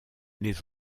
les